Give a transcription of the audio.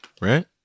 right